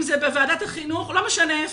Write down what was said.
אם זה בוועדת החינוך, לא משנה איפה.